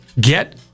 get